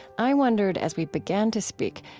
i wondered, as we began to speak,